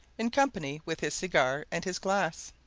in company with his cigar and his glass.